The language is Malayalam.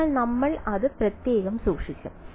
അതിനാൽ നമ്മൾ അത് പ്രത്യേകം സൂക്ഷിക്കും